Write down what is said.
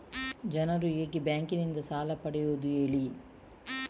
ಜನರು ಹೇಗೆ ಬ್ಯಾಂಕ್ ನಿಂದ ಸಾಲ ಪಡೆಯೋದು ಹೇಳಿ